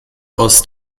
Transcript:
aus